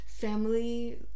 family